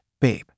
Babe